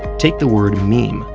take the word meme,